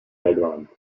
advance